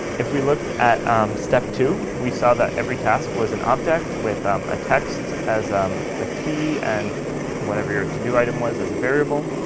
if we looked at step two, we saw that every task was an object with um a text as the key and whatever your to do item was as a variable.